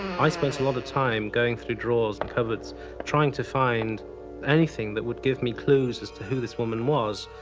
i spent a lot of time going through drawers and cupboards trying to find anything that would give me clues as to who this woman was.